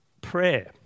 prayer